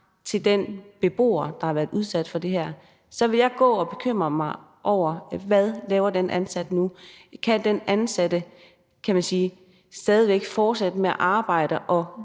til den beboer, der har været udsat for det her, ville jeg gå og bekymre mig over, hvad den ansatte nu laver. Kan den ansatte stadig væk fortsætte med at arbejde og